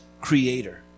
creator